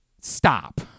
stop